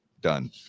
done